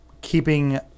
keeping